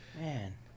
Man